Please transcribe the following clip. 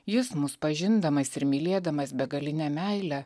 jis mus pažindamas ir mylėdamas begaline meile